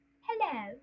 hello